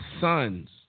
sons